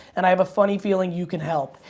and i have a funny feeling you can help.